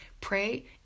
pray